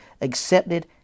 accepted